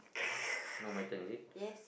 yes